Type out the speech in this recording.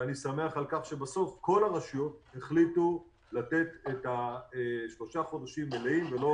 אני שמח על כך שבסוף כל הרשויות החליטו לתת שלושה חודשים מלאים ולא